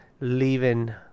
Leaving